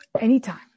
anytime